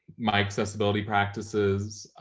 my accessibility practices.